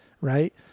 right